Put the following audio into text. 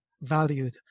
valued